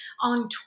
on